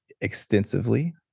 extensively